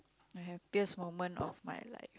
the happiest moment of my life